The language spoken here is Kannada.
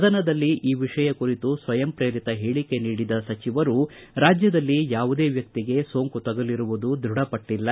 ಸದನದಲ್ಲಿ ಈ ವಿಷಯ ಕುರಿತು ಸ್ವಯಂ ಪ್ರೇರಿತ ಹೇಳಿಕೆ ನೀಡಿದ ಸಚಿವರು ರಾಜ್ವದಲ್ಲಿ ಯಾವುದೇ ವ್ವಕ್ತಿಗೆ ಸೋಂಕು ತಗಲಿರುವುದು ದೃಢಪಟ್ಟಲ್ಲ